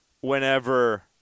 whenever